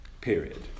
period